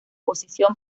posición